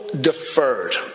deferred